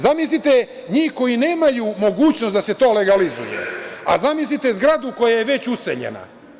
Zamislite njih koji nemaju mogućnost da se to legalizuje, a zamislite zgradu koja je već useljena.